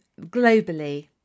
globally